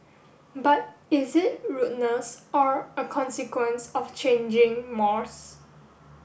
but is it rudeness or a consequence of changing mores